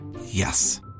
Yes